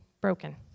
broken